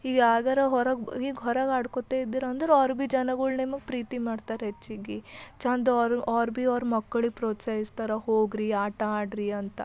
ಈಗ ಯಾರ್ಗಾರ ಹೊರಗೆ ಈಗ ಹೊರಗೆ ಆಡ್ಕೊಳ್ತಾ ಇದ್ದೀರೆಂದ್ರೆ ಅವ್ರು ಭೀ ಜನಗಳು ನಿಮ್ಗೆ ಪ್ರೀತಿ ಮಾಡ್ತಾರೆ ಹೆಚ್ಚಿಗೆ ಚೆಂದ ಅವ್ರು ಅವ್ರು ಭೀ ಅವ್ರು ಮಕ್ಳಿಗೆ ಪ್ರೋತ್ಸಾಹಿಸ್ತಾರೆ ಹೋಗ್ರಿ ಆಟ ಆಡ್ರಿ ಅಂತ